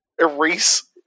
erase